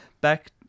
back